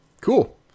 cool